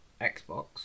Xbox